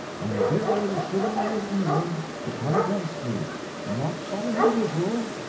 and dare the chivalry of england to come against me not by individuals,